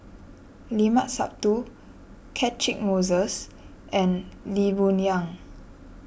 Limat Sabtu Catchick Moses and Lee Boon Yang